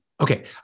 okay